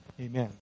Amen